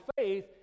faith